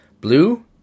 Blue